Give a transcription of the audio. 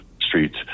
streets